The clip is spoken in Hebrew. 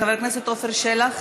חבר הכנסת עפר שלח,